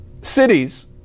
cities